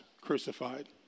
crucified